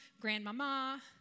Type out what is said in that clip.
grandmama